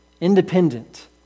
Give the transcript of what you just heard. independent